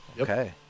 Okay